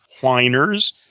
whiners